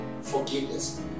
forgiveness